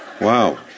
wow